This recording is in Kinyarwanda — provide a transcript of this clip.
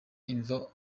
imva